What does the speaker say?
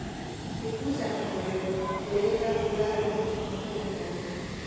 ఎక్కువశాతం గొర్రెలు లేత ఊదా రంగు చర్మంతో ఉంటాయి